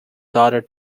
daughter